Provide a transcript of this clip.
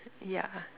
yeah